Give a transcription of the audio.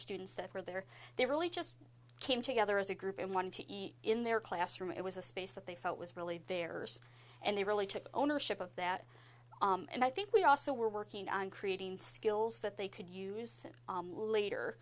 students that were there they really just came together as a group and wanted to eat in their classroom it was a space that they felt was really there and they really took ownership of that and i think we also were working on creating skills that they could use later